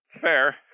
fair